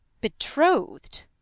betrothed